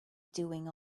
doing